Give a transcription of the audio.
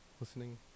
listening